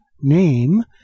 name